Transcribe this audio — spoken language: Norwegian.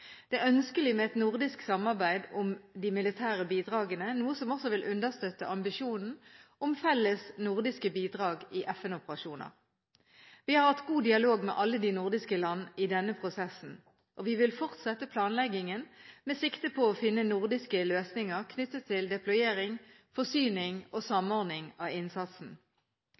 Det er ønskelig med et nordisk samarbeid om de militære bidragene, noe som også vil understøtte ambisjonen om felles nordiske bidrag i FN-operasjoner. Vi har hatt god dialog med alle de nordiske land i denne prosessen. Vi vil fortsette planleggingen med sikte på å finne nordiske løsninger knyttet til deployering, forsyning og samordning av innsatsen.